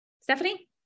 Stephanie